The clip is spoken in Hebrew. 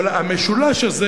אבל המשולש הזה,